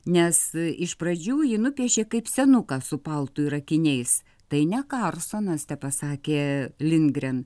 nes iš pradžių ji nupiešė kaip senuką su paltu ir akiniais tai ne karlsonas tepasakė lindgren